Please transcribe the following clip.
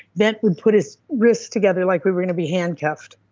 bent would put his wrists together like we were going to be handcuffed.